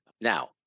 Now